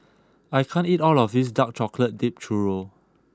I can't eat all of this dark chocolate dipped Churro